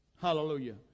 Hallelujah